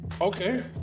okay